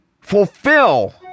fulfill